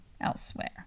elsewhere